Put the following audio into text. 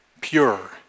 pure